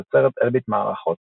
מתוצרת אלביט מערכות.